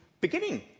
beginning